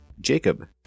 Jacob